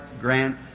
grant